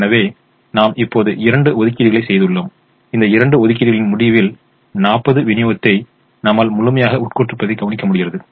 எனவே நாம் இப்போது இரண்டு ஒதுக்கீடுகளைச் செய்துள்ளோம் இந்த இரண்டு ஒதுக்கீடுகளின் முடிவில் 40 விநியோகத்தை நம்மால் முழுமையாக உட்கொண்டிருப்பதைக் கவனிக்க முடிகிறது